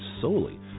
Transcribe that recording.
solely